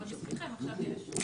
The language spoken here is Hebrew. אבל בזכותכם עכשיו יש.